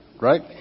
right